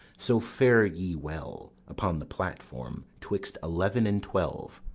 so, fare ye well upon the platform, twixt eleven and twelve,